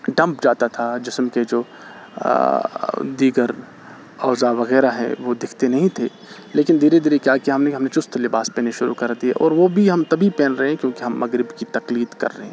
ڈھنپ جاتا تھا جسم کے جو دیگر اعضا وغیرہ ہیں وہ دکھتے نہیں تھے لیکن دھیرے دھیرے کیا کیا ہم نے ہم نے چست لباس پہننے شروع کر دیے اور وہ بھی ہم تبھی پہن رہے ہیں جب ہم مغرب کی تقلید کر رہے ہیں